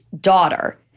daughter